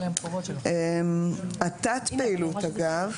התת-פעילות אגב,